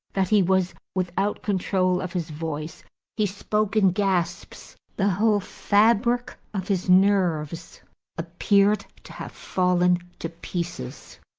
that he was without control of his voice he spoke in gasps the whole fabric of his nerves appeared to have fallen to pieces.